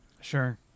Sure